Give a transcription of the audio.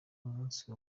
umusi